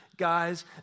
guys